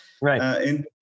Right